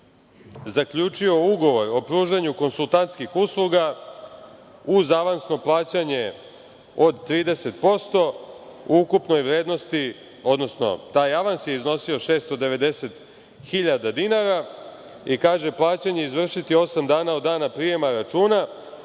zaključio ugovor o pružanju konsultantskih usluga uz avansno plaćanje od 30% u ukupnoj vrednosti, odnosno taj avans je iznosio 690.000 dinara. Kaže – plaćanje izvršiti osam dana od prijema računa,